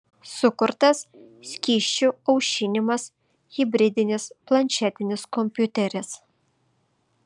sukurtas skysčiu aušinamas hibridinis planšetinis kompiuteris